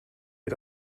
ihr